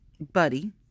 Buddy